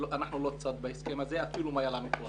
שאנחנו לא צד בהסכם הזה אפילו אם היה לנו כוח אדם?